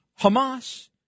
Hamas